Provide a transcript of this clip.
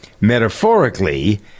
metaphorically